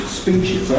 speeches